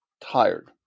tired